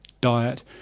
diet